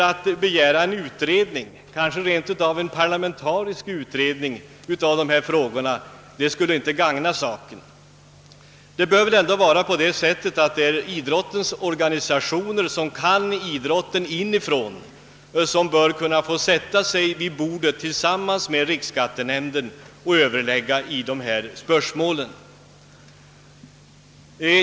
Att begära en utredning, kanske rent av en parlamentarisk utredning, i de här frågorna skulle inte gagna saken. De som känner idrotten inifrån genom arbete i idrottens organisationer bör få sätta sig vid förhandlingsbordet för att tillsammans med riksskattenämnden Ööverlägga i dessa spörsmål.